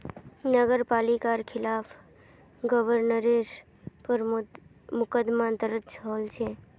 नगर पालिकार खिलाफ गबनेर पर मुकदमा दर्ज हल छ